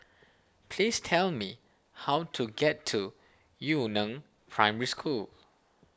please tell me how to get to Yu Neng Primary School